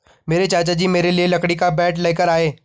मेरे चाचा जी मेरे लिए लकड़ी का बैट लेकर आए